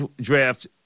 draft